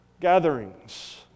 gatherings